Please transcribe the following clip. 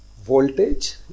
voltage